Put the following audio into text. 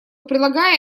прилагая